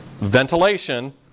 Ventilation